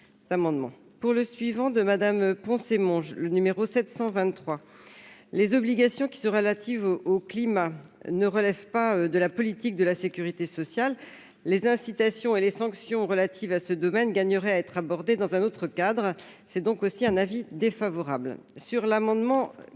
pour le suivant de Madame Poncet mange le numéro 723 les obligations qui sera TiVo au climat ne relève pas de la politique de la sécurité sociale, les incitations et les sanctions relatives à ce domaine gagnerait à être abordée dans un autre cadre, c'est donc aussi un avis défavorable sur l'amendement